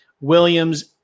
Williams –